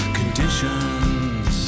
conditions